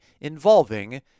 involving